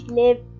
live